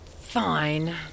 Fine